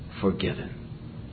forgiven